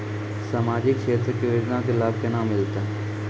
समाजिक क्षेत्र के योजना के लाभ केना मिलतै?